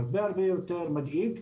הרבה יותר מדאיג.